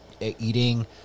eating